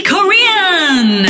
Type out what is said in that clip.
Korean